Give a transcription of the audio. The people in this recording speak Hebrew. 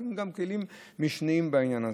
אלא משתמשים גם בכלים שהם משניים בעניין הזה.